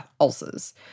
ulcers